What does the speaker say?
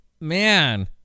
Man